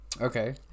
okay